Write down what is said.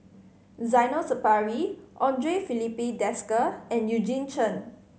Zainal Sapari Andre Filipe Desker and Eugene Chen